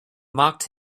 mocked